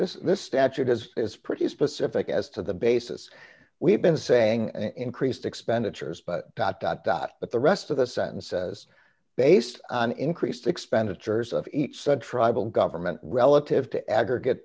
this this statute is it's pretty specific as to the basis we've been saying and creased expenditures but dot dot dot but the rest of the sentence says based on increased expenditures of each the tribal government relative to aggregate